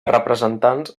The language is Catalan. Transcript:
representants